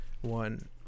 one